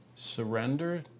surrender